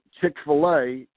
Chick-fil-A